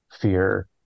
fear